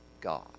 God